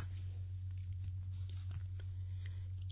slug cluster खेती